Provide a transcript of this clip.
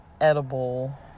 edible